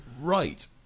Right